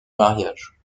mariage